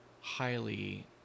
highly